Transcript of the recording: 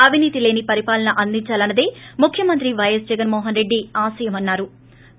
అవినీతి లేని పరిపాలన అందించాలన్నదే ముఖ్యమంత్రి వైఎస్ జగన్మోహన్ రెడ్డి ఆశయమని చెప్పారు